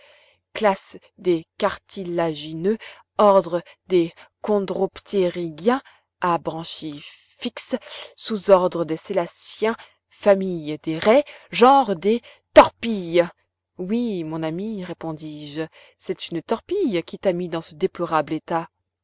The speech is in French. classe des cartilagineux ordre des chondroptérygiens à branchies fixes sous ordre des sélaciens famille des raies genre des torpilles oui mon ami répondis-je c'est une torpille qui t'a mis dans ce déplorable état